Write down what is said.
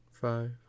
Five